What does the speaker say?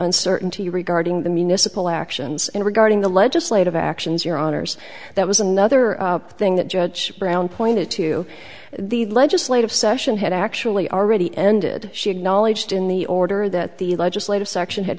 uncertainty regarding the municipal actions and regarding the legislative actions your honour's that was another thing that judge brown pointed to the legislative session had actually already ended she acknowledged in the order that the legislative section had